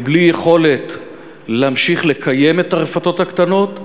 בלי יכולת להמשיך לקיים את הרפתות הקטנות,